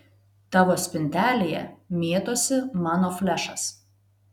tavo spintelėje mėtosi mano flešas